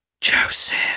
Joseph